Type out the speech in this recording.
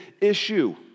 issue